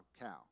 cow